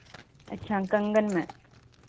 अच्छा कंगन में